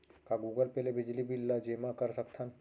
का Google Pay ले बिजली बिल ल जेमा कर सकथन?